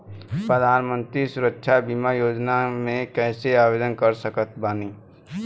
प्रधानमंत्री सुरक्षा बीमा योजना मे कैसे आवेदन कर सकत बानी?